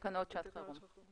שהתיקון הזה היה בתקנות שעת חירום.